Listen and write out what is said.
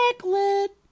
Chocolate